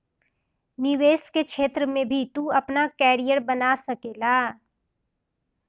निवेश के क्षेत्र में भी तू आपन करियर बना सकेला